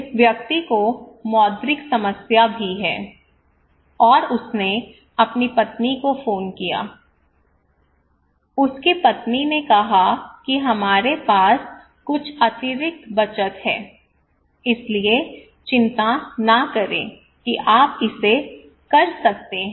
इस व्यक्ति को मौद्रिक समस्या भी है और उसने अपनी पत्नी को फोन किया उसकी पत्नी ने कहा कि हमारे पास कुछ अतिरिक्त बचत है इसलिए चिंता न करें कि आप इसे कर सकते हैं